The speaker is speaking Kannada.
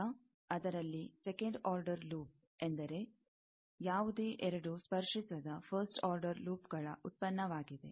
ಈಗ ಅದರಲ್ಲಿ ಸೆಕಂಡ್ ಆರ್ಡರ್ ಲೂಪ್ ಎಂದರೆ ಯಾವುದೇ ಎರಡು ಸ್ಪರ್ಶಿಸದ ಫಸ್ಟ್ ಆರ್ಡರ್ ಲೂಪ್ಗಳ ಉತ್ಪನ್ನವಾಗಿದೆ